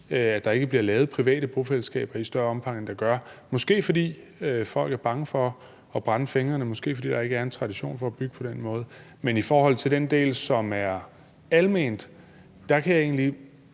at der ikke bliver lavet private bofællesskaber i større omfang, end der gør. Måske er det, fordi folk er bange for at brænde fingrene, og måske også, fordi der ikke er en tradition for at bygge på den måde. Men i forhold til den del, som er almen, kan jeg egentlig